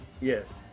Yes